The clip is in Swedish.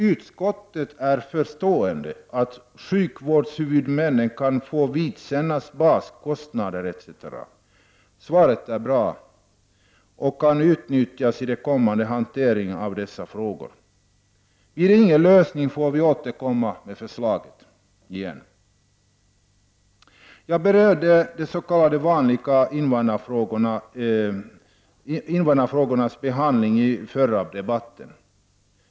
Utskottet har förståelse för att sjukvårdshuvudmännen kan få vidkännas baskostnader etc. Svaret är bra och kan utnyttjas i den kommande hanteringen av dessa frågor. Om man inte kommer fram till en lösning av problemet, får vi återkomma med förslaget. Jag berörde de s.k. vanliga invandrarfrågornas behandling i den tidigare debatten.